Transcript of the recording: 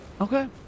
Okay